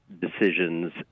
decisions